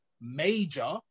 major